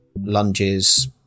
lunges